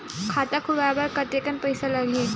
खाता खुलवाय बर कतेकन पईसा लगही?